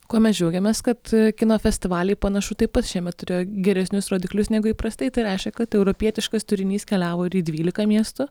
kuo mes džiaugiamės kad kino festivaliai panašu taip pat šiemet turėjo geresnius rodiklius negu įprastai tai reiškia kad europietiškas turinys keliavo ir į dvylika miestų